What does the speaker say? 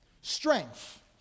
Strength